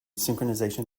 synchronization